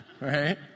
right